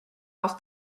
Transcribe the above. off